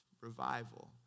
revival